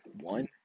one